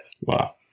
Wow